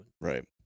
Right